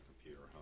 computer